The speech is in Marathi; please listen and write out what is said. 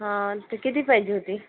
ते किती पाहिजे होती